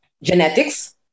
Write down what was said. genetics